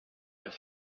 his